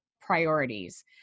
priorities